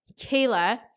Kayla –